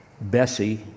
Bessie